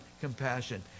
compassion